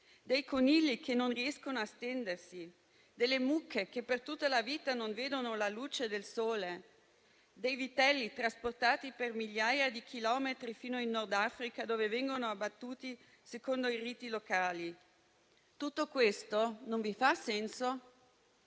dei conigli che non riescono a stendersi, delle mucche che per tutta la vita non vedono la luce del sole, dei vitelli trasportati per migliaia di chilometri fino in Nord Africa, dove vengono abbattuti secondo i riti locali? Tutto questo non vi fa senso?